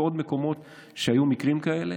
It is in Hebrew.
בעוד מקומות היו מקרים כאלה.